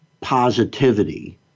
positivity